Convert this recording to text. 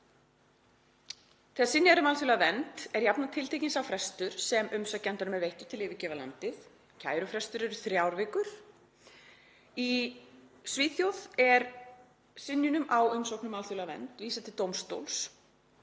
Þegar synjað er um alþjóðlega vernd er jafnan tiltekinn sá frestur sem umsækjendum er veittur til að yfirgefa landið. Kærufrestur er þrjár vikur. Í Svíþjóð er synjunum á umsókn um alþjóðlega vernd vísað til dómstóls